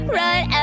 right